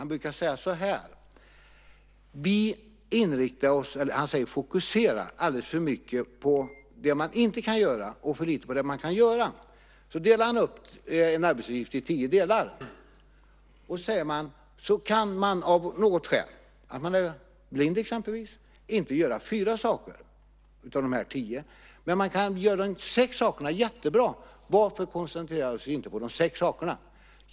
Han brukar säga så här: Vi fokuserar alldeles för mycket på det som man inte kan göra och för lite på det som man kan göra. Sedan delar han upp en arbetsuppgift i tio delar. Då kanske man av något skäl, till exempel att man är blind, inte kan göra fyra av dessa tio saker. Men man kan göra sex av dessa saker jättebra. Varför koncentrerar vi oss då inte på de sex sakerna?